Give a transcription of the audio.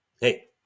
hey